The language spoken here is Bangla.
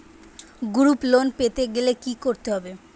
গ্রুপ লোন পেতে গেলে কি করতে হবে?